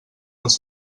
els